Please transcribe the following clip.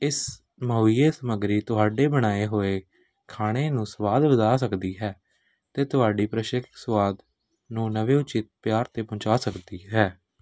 ਇਸ ਮੁਹੱਈਆ ਸਮੱਗਰੀ ਤੁਹਾਡੇ ਬਣਾਏ ਹੋਏ ਖਾਣੇ ਨੂੰ ਸਵਾਦ ਵਧਾ ਸਕਦੀ ਹੈ ਅਤੇ ਤੁਹਾਡੀ ਪ੍ਰਸ਼ਿਕਤ ਸਵਾਦ ਨੂੰ ਨਵੇਂ ਉਚਿਤ ਪਿਆਰ 'ਤੇ ਪਹੁੰਚਾ ਸਕਦੀ ਹੈ